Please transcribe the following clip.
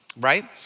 right